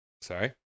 Sorry